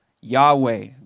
Yahweh